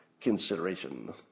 consideration